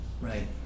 right